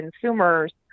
consumers